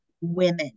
women